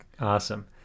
awesome